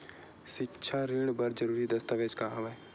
सिक्छा ऋण बर जरूरी दस्तावेज का हवय?